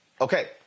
okay